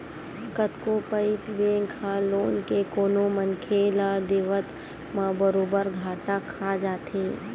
कतको पइत बेंक ह लोन के कोनो मनखे ल देवब म बरोबर घाटा खा जाथे